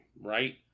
right